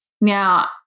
Now